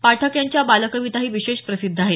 पाठक यांनी बालकविताही विशेष प्रसिद्ध आहेत